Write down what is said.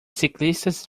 ciclistas